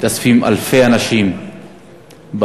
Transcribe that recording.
מתאספים אלפי אנשים במתחם,